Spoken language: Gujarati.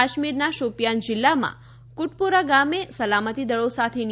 કાશ્મીરના શોપિયાન જિલ્લામાં કુટપોરા ગામે સલામતી દળો સાથેની